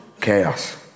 chaos